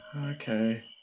Okay